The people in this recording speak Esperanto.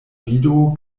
vido